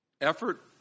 effort